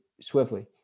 swiftly